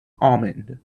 almond